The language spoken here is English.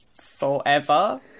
forever